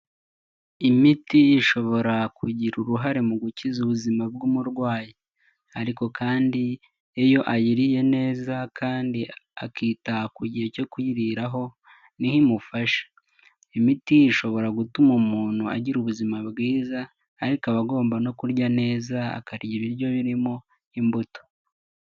Imiti ishobora kugira uruhare mu gukiza ubuzima bw'umurwayi, ariko kandi iyo ayiriye neza kandi akita ku gihe cyo kuyiriraho niho imufasha, imiti ishobora gutuma umuntu agira ubuzima bwiza ariko aba agomba no kurya neza akarya ibiryo birimo imbuto.